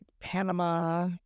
Panama